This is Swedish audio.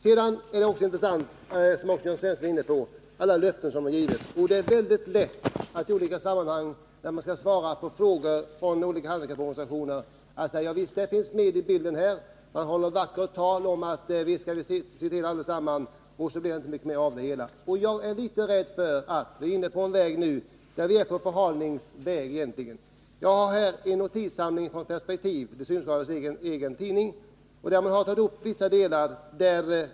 Det är också intressant med alla löften, som Jörn Svensson också var inne på. Det är väldigt lätt, i olika sammanhang när man skall svara på frågor från handikapporganisationer, att säga: Javisst, ni finns med i bilden här. Man håller vackra tal om att vi skall se till allesammans, men så blir det inte mycket mer av det. Jag är litet rädd för att vi nu är inne på en förhalningsväg. Jag har här en samling notiser från Perspektiv, de synskadades egen tidning, där man har tagit upp vissa delar av denna fråga.